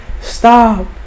stop